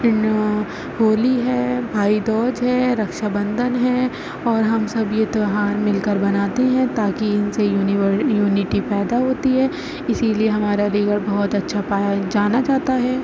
ان ہولی ہے بھائی دوج ہے رکشا بندھن ہے اور ہم سب یہ تیوہار مل کر مناتے ہیں تاکہ ان سے یونٹی پیدا ہوتی ہے اسی لیے ہمارا علی گڑھ بہت اچھا پایا جانا جاتا ہے